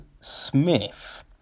Smith